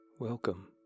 Welcome